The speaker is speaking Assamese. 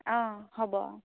অঁ হ'ব অঁ